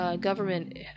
government